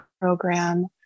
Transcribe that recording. Program